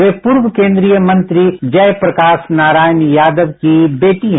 वे पूर्व केंद्रीय मंत्री जय प्रकाश नारायण यादव की बेटी हैं